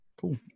Cool